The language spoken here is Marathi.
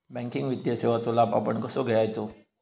बँकिंग वित्तीय सेवाचो लाभ आपण कसो घेयाचो?